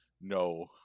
no